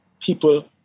people